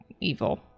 evil